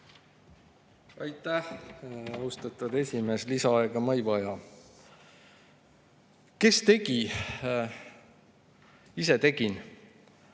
Aitäh, austatud esimees! Lisaaega ma ei vaja. "Kes tegi? Ise tegin,"